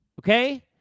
okay